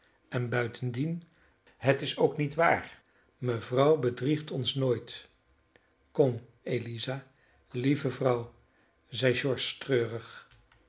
en buitendien het is ook niet waar mevrouw bedriegt ons nooit kom eliza lieve vrouw zeide george treurig